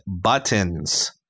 buttons